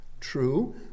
True